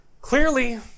clearly